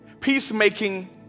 Peacemaking